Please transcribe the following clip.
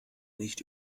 nicht